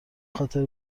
خاطر